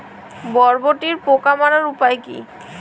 বরবটির পোকা মারার উপায় কি?